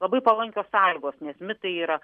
labai palankios sąlygos nes mitai yra